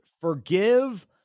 Forgive